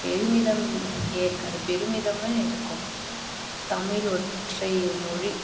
பெருமிதம் இருக்காது பெருமிதமும் இருக்கும் தமிழ் ஒற்றை மொழி